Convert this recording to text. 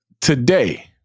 today